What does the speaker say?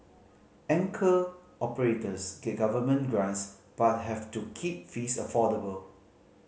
anchor operators get government grants but have to keep fees affordable